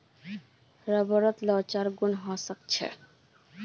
रबरत लोचदार गुण ह छेक